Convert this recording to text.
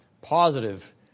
positive